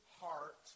heart